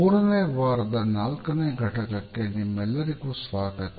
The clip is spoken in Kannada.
ಮೂರನೇ ವಾರದ ನಾಲ್ಕನೇ ಘಟಕಕ್ಕೆ ನಿಮ್ಮೆಲ್ಲರಿಗೂ ಸ್ವಾಗತ